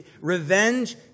revenge